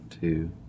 two